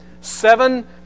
seven